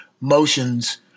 motions